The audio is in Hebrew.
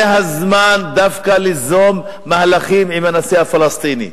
זה הזמן דווקא ליזום מהלכים עם הנשיא הפלסטיני,